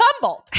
fumbled